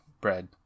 bread